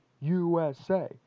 USA